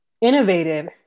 innovated